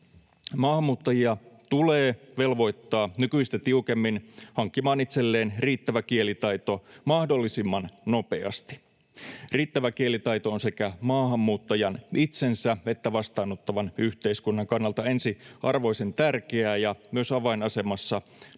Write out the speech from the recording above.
Maahanmuuttajia tulee velvoittaa nykyistä tiukemmin hankkimaan itselleen riittävä kielitaito mahdollisimman nopeasti. Riittävä kielitaito on sekä maahanmuuttajan itsensä että vastaanottavan yhteiskunnan kannalta ensiarvoisen tärkeää ja myös avainasemassa maahanmuuttajan